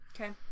Okay